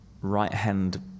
right-hand